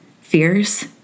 fears